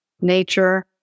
nature